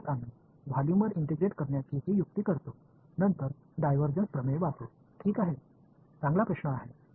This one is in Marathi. म्हणूनच आम्ही व्हॉल्यूमवर इंटिग्रेट करण्याची ही युक्ती करतो नंतर डायव्हर्जन्स प्रमेय वापरून ठीक आहे चांगला प्रश्न आहे